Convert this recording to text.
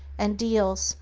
and deals,